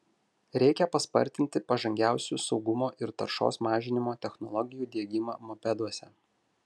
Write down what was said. reikia paspartinti pažangiausių saugumo ir taršos mažinimo technologijų diegimą mopeduose